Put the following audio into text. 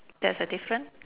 that's a difference